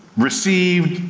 received,